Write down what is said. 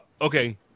okay